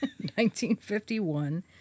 1951